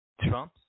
Trump